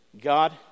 God